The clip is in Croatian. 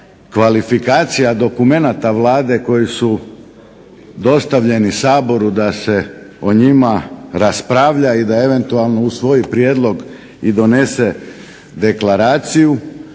kvalifikacija dokumenata Vlade koji su dostavljeni Saboru da se o njima raspravlja, i da eventualno usvoji prijedlog i donese deklaraciju,